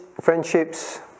friendships